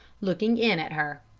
looking in at her.